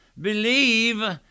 believe